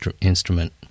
instrument